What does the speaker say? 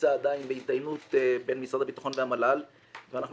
נמצא עדיין בהתדיינות בין משרד הביטחון והמל"ל ואנחנו